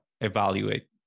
evaluate